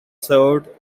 served